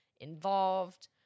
involved